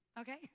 okay